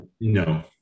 no